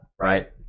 right